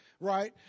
right